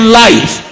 life